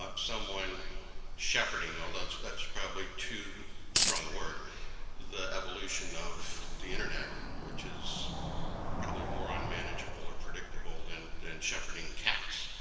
ah someone shepherding although that's that's probably too strong a word the evolution of the internet which is probably more unmanageable or predictable than than shepherding cats.